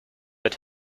but